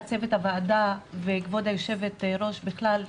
צוות הוועדה וכבוד היו"ר בכלל,